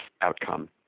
outcome